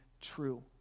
true